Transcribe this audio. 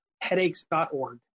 headaches.org